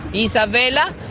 isabela,